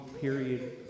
period